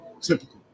typical